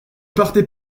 partez